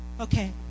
Okay